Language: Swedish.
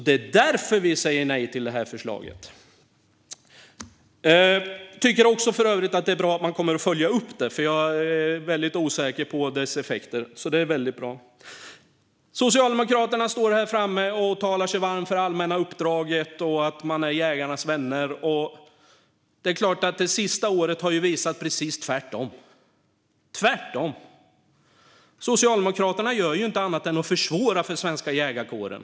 Det är därför vi säger nej till det här förslaget. Jag tycker för övrigt att det är bra att man kommer att följa upp det, för jag är väldigt osäker på dess effekter. Från Socialdemokraterna står man här framme och talar sig varm för det allmänna uppdraget och säger att man är jägarnas vän, men det senaste året har ju visat att det är precis tvärtom. Socialdemokraterna gör ju inte annat än försvårar för den svenska jägarkåren.